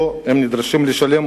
שבו הן נדרשות לשלם